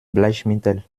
bleichmittel